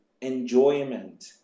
enjoyment